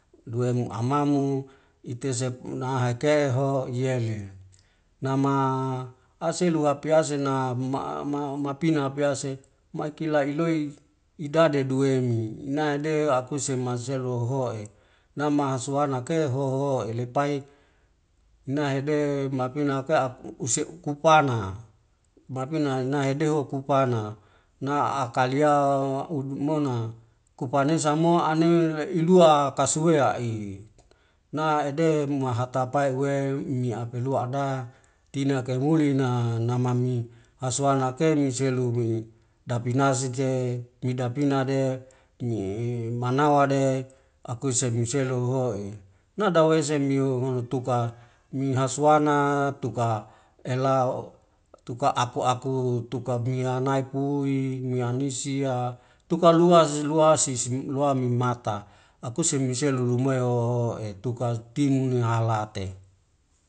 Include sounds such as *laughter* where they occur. Duwe muamamu ite sapuna haikeho iyele, nama hselua piasena *hesitation* mapina apiase mikila iloi idadi duwemi, inaide akuse maselu hohoe nama hasuana ke hohoe lepai nahede mapina ake *hesitation* use'e lupana mapina inai ideho kupana na akalia udmona kupanisa mo anele iloa ksueai na dea mahatapai uwa niapaleua ada tianake muliana namami hasuanake niselini dapinasike pidapinade ni manawa de akuse miselo hohoe. Na dawese ni honotuka ni hasuana tuka ela tuka aku aku mianaik nui mianisia tuka luaz luazis luami mata kuse muselu luamai hoho'e tuk ni tunu halate.